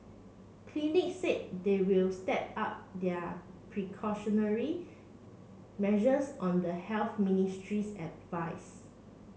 clinics said they will step up their precautionary measures on the Ministry's